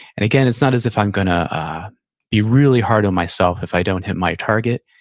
and again, it's not as if i'm going to be really hard on myself if i don't hit my target,